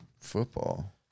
Football